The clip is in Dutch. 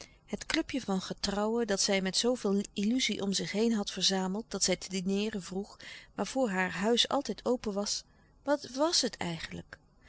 het clubje van getrouwen dat zij met zoo veel illuzie om zich heen had verzameld dat zij te dineeren vroeg waarvoor haar huis altijd open was wat was het eigenlijk